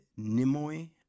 Nimoy